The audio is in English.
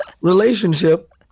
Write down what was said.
Relationship